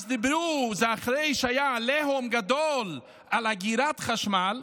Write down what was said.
אז דיברו אחרי שהיה עליהום גדול על אגירת חשמל,